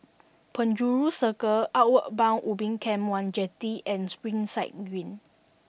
Penjuru Circle Outward Bound Ubin Camp One Jetty and Springside Green